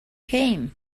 came